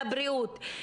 פיצולים.